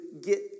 get